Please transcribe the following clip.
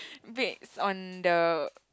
based on the